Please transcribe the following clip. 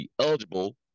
eligible